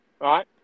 Right